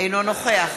אינו נוכח